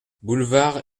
boulevard